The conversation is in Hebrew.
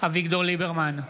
אביגדור ליברמן,